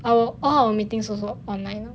our all our meetings also online